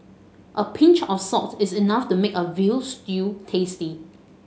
a pinch of salt is enough to make a veal stew tasty